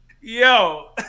Yo